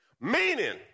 Meaning